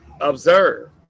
Observe